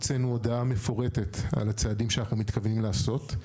הוצאנו הודעה מפורטת על הצעדים שאנחנו מתכוונים לעשות.